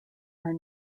are